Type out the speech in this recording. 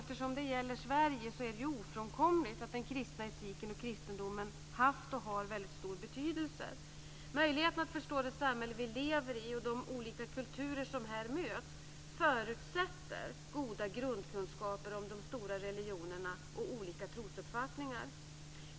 Eftersom det gäller Sverige är det ofrånkomligt att den kristna etiken och kristendomen har haft och har väldigt stor betydelse. Möjligheten att förstå det samhälle som vi lever i och de olika kulturer som här möts förutsätter goda grundkunskaper om de stora religionerna och om olika trosuppfattningar.